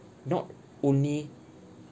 not only